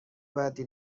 بدی